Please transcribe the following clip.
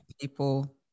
people